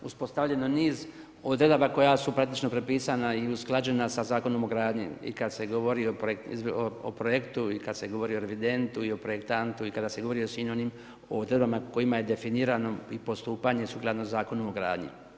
Uspostavljeno je niz odredaba koje su praktično prepisana i usklađena sa Zakonom o gradnji i kada se govori o projektu, i kada se govori o revidentu, i o projektantu, i kada se govori o svim onim odredbama kojima je definirano i postupanje sukladno Zakonu o gradnji.